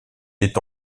est